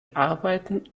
arbeiten